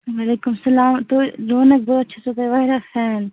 وعلیکُم اسلام تُہی بہٕ وَنو بہٕ حظ چھَسو تۄہہِ واریاہ فین